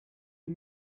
you